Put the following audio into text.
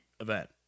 event